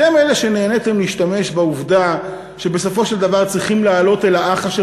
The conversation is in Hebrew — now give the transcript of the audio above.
אתם אלה שנהניתם להשתמש בעובדה שבסופו של דבר צריכים לעלות אל האח אשר